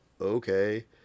okay